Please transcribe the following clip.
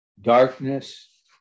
darkness